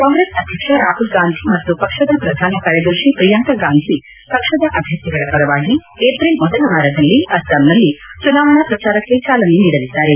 ಕಾಂಗ್ರೆಸ್ ಅಧ್ಯಕ್ಷ ರಾಹುಲ್ಗಾಂಧಿ ಮತ್ತು ಪಕ್ಷದ ಶ್ರಧಾನ ಕಾರ್ಯದರ್ಶಿ ಪ್ರಿಯಾಂಕಗಾಂಧಿ ಪಕ್ಷದ ಅಭ್ವರ್ಥಿಗಳ ಪರವಾಗಿ ಏಪ್ರಿಲ್ ಮೊದಲ ವಾರದಲ್ಲಿ ಅಸ್ಸಾಂನಲ್ಲಿ ಚುನಾವಣಾ ಶ್ರಚಾರಕ್ಕೆ ಚಾಲನೆ ನೀಡಲಿದ್ದಾರೆ